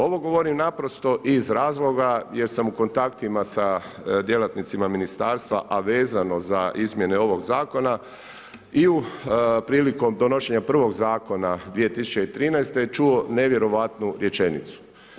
Ovo govorim naprosto iz razloga jer sam u kontaktima sa djelatnicima ministarstva, a vezano za izmjene ovog zakona i prilikom donošenja prvog zakona 2013. čuo nevjerojatnu rečenicu.